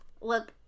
look